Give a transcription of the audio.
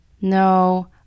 No